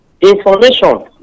Information